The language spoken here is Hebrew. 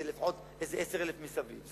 זה לפחות איזה 10,000 מסביב.